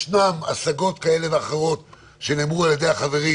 ישנן השגות כאלה ואחרות שנאמרו על ידי החברים,